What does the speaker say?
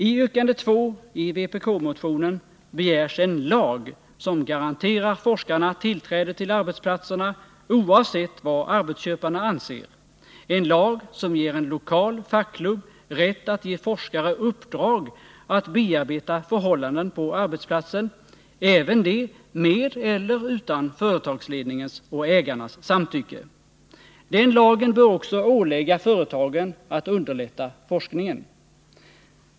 I yrkandet 2 i vpk-motionen begärs en lag som garanterar forskarna tillträde till arbetsplatserna oavsett vad arbetsköparna anser, en lag som ger en lokal fackklubb rätt att ge forskare uppdrag att bearbeta förhållanden på arbetsplatsen — även det med eller utan företagsledningens och ägarnas samtycke. Den lagen bör också ålägga företagen att underlätta forskningen.